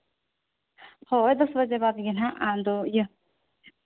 ᱦᱳᱭ ᱫᱚᱥ ᱵᱟᱡᱮ ᱵᱟᱫᱽ ᱜᱮ ᱦᱟᱸᱜ ᱟᱫᱚ ᱤᱭᱟᱹ